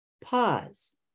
pause